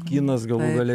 kinas galų gale